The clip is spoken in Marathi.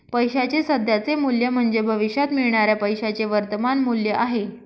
पैशाचे सध्याचे मूल्य म्हणजे भविष्यात मिळणाऱ्या पैशाचे वर्तमान मूल्य आहे